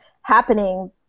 happening